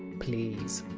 please!